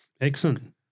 Excellent